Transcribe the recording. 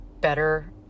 better